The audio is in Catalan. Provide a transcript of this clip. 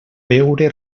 veure